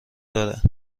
دارد